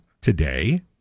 today